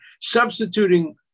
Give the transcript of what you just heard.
substituting